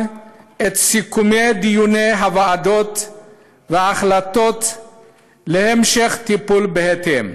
וכן את סיכומי דיוני הוועדות והחלטות על המשך טיפול בהתאם.